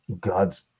God's